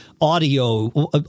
Audio